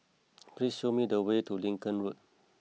please show me the way to Lincoln Road